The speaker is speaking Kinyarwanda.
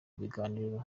ibiganiro